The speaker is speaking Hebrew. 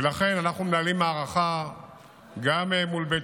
ולכן אנחנו מנהלים מערכה גם מול בית